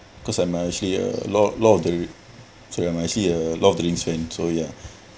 cause I'm actually a lord of the lord of the so I'm actually a lord of the rings fan so ya